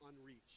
unreached